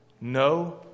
no